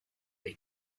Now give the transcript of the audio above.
dei